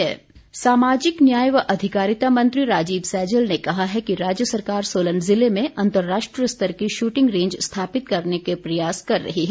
shooting range सामाजिक न्याय व अधिकारिता मंत्री राजीव सैजल ने कहा है कि राज्य सरकार सोलन ज़िले में अंतर्राष्ट्रीय स्तर की श्रृटिंग रेंज स्थापित करने के प्रयास कर रही है